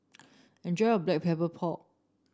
enjoy your Black Pepper Pork